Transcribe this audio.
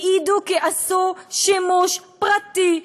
העידו כי עשו שימוש פרטי,